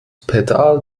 pedal